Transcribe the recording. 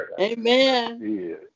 amen